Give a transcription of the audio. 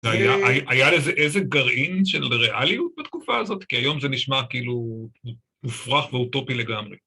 היה לזה איזה גרעין של ריאליות בתקופה הזאת? כי היום זה נשמע כאילו הופרך ואוטופי לגמרי.